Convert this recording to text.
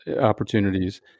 opportunities